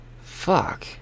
fuck